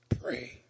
Pray